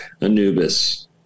Anubis